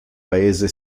paese